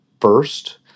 first